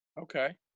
Okay